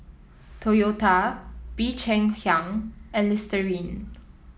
Toyota Bee Cheng Hiang and Listerine